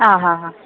ಹಾಂ ಹಾಂ ಹಾಂ